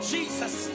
Jesus